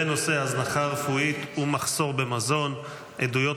בנושא: הזנחה רפואית ומחסור במזון: עדויות